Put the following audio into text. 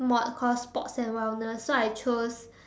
mod called sports and wellness so I chose